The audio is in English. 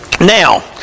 Now